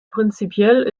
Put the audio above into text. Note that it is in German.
prinzipiell